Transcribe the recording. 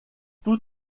tout